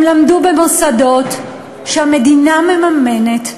הם למדו במוסדות שהמדינה מממנת,